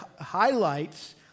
highlights